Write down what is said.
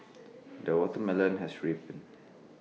the watermelon has ripened